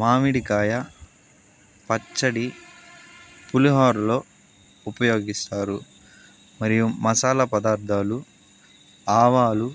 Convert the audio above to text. మామిడికాయ పచ్చడి పులిహోరలో ఉపయోగిస్తారు మరియు మసాలా పదార్ధాలు ఆవాలు